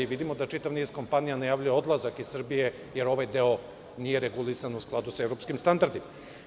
Vidimo da čitav niz kompanija najavljuje odlazak iz Srbije, jer ovaj deo nije regulisan u skladu sa evropskim standardima.